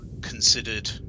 considered